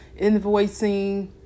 invoicing